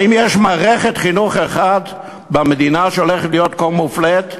האם יש מערכת חינוך אחת במדינה שהולכת להיות כה מופלית?